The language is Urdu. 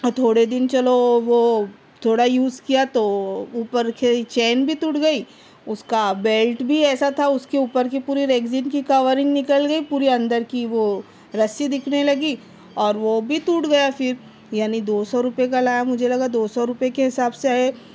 تھوڑے دِن چلو وہ تھوڑا یوز کیا تو اوپر چین بھی ٹوٹ گئی اُس کا بیلٹ بھی ایسا تھا اُس کے اوپر کی پوری ریگزین کی کورنگ نکل گئی پوری اندر کی وہ رسّی دکھنے لگی اور وہ بھی ٹوٹ گیا پھر یعنی دو سو روپے کا لایا مجھے لگا دو سو روپیے کے حساب سے ہے